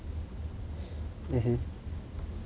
mmhmm